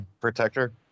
Protector